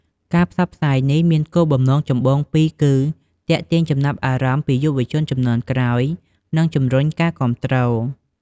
ការផ្សព្វផ្សាយនេះមានគោលបំណងចម្បងពីរគឺ ទាក់ទាញចំណាប់អារម្មណ៍ពីយុវជនជំនាន់ក្រោយ និងជំរុញការគាំទ្រ។